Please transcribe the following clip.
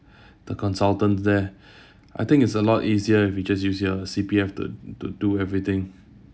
the consultant there I think it's a lot easier if you just use your C_P_F to to do everything